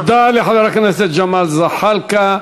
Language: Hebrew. תודה לחבר הכנסת ג'מאל זחאלקה.